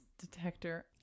detector